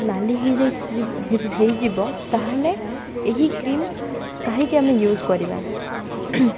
ନାଲି ହେଇଯାଇ ହେଇଯିବ ତାହେଲେ ଏହି କ୍ରିମ୍ କାହିଁକି ଆମେ ୟୁଜ୍ କରିବା